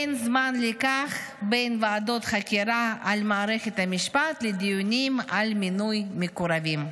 אין זמן לכך בין ועדות חקירה על מערכת המשפט לדיונים על מינוי מקורבים".